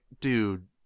dude